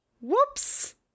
whoops